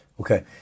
Okay